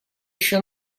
еще